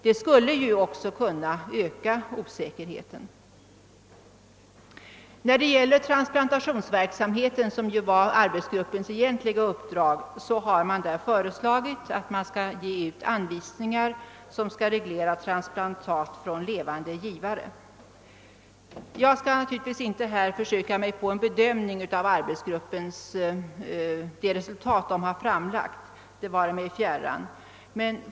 Detta skulle naturligtvis också öka osäkerheten. När det gäller transplantationsverksamheten, som var arbetsgruppens egentliga uppdrag, har gruppen föreslagit att det skall ges ut anvisningar som skall reglera verksamheten med transplantat från levande givare. Jag skall naturligtvis inte försöka mig på en bedömning av de resultat som arbetsgruppen framlagt — det vare mig fjärran.